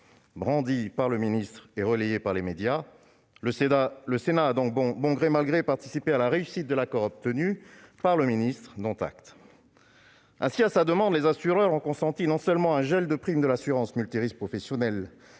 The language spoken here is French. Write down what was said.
brandi par le ministre et relayé par les médias. Le Sénat a donc, bon gré, mal gré, participé à la réussite de l'accord obtenu par le ministre. Dont acte ! Ainsi, à sa demande, les assureurs ont consenti un gel des primes de l'assurance multirisque professionnelle